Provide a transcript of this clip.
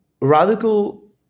Radical